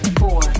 four